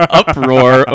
uproar